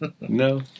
no